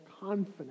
confident